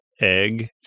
egg